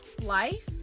life